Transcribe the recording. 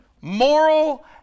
moral